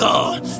God